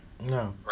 No